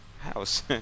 house